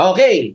Okay